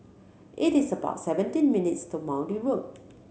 it is about seventeen minutes' to Maude Road